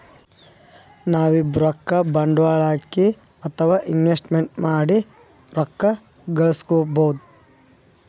ನಾವ್ಬೀ ರೊಕ್ಕ ಬಂಡ್ವಾಳ್ ಹಾಕಿ ಅಥವಾ ಇನ್ವೆಸ್ಟ್ಮೆಂಟ್ ಮಾಡಿ ರೊಕ್ಕ ಘಳಸ್ಕೊಬಹುದ್